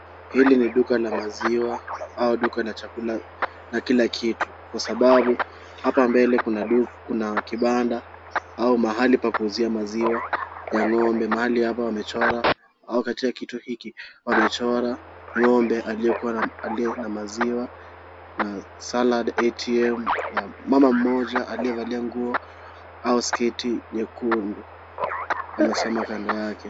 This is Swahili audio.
Hili ni duka la maziwa au duka la chakula na kila kitu kwa sababu hapa mbele kuna kibanda au mahali pa kuuzia maziwa ya ng'ombe. Mahali hapa wamechora au katika kituo hiki wamechora ng'ombe aliyekuwa na maziwa na salad ATM na mama mmoja aliyevalia nguo au sketi nyekundu amesimama kando yake.